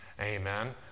Amen